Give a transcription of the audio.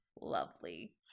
lovely